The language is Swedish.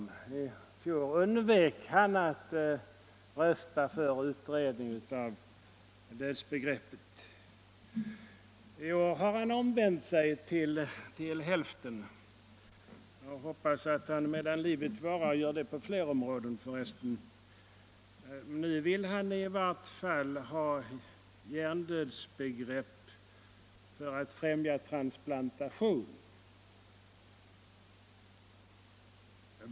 I fjol undvek han att rösta för utredning av dödsbegreppet. I år har han omvänt sig till hälften. Jag hoppas att han medan livet varar gör det på flera områden, för resten. Nu vill han i varje fall ha infört hjärndödsbegreppet för att främja transplantation.